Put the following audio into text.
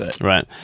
right